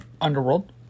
Underworld